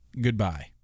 goodbye